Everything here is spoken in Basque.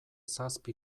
zazpi